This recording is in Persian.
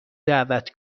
دعوت